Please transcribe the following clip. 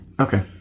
Okay